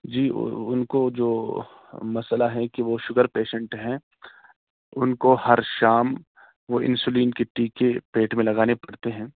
جی ان کو جو مسئلہ ہے کہ وہ شوگر پیشینٹ ہیں ان کو ہر شام وہ انسولین کے ٹیکے پیٹ میں لگانے پڑتے ہیں